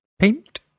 Paint